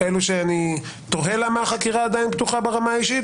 כאלו שאני תוהה למה החקירה עדיין פתוחה ברמה האישית